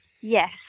Yes